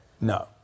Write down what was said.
No